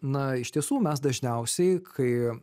na iš tiesų mes dažniausiai kai